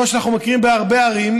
כמו שאנחנו מכירים בהרבה ערים,